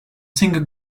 single